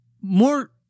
More